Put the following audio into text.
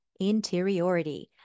interiority